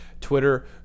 Twitter